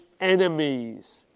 enemies